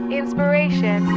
inspiration